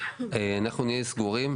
אנחנו נהיה סגורים,